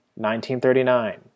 1939